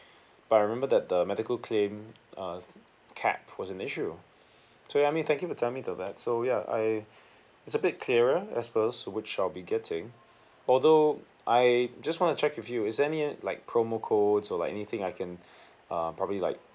but I remember that the medical claim uh cap was an issue so yeah I mean thank you for telling me of that so yeah I it's a bit clearer as well to which shall be getting although I just want to check with you is there any like promo codes or like anything I can uh probably like